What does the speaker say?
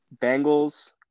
Bengals